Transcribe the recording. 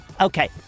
Okay